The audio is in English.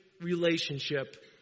relationship